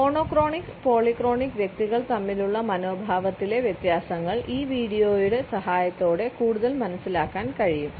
monochronic polychronic വ്യക്തികൾ തമ്മിലുള്ള മനോഭാവത്തിലെ വ്യത്യാസങ്ങൾ ഈ വീഡിയോയുടെ സഹായത്തോടെ കൂടുതൽ മനസിലാക്കാൻ കഴിയും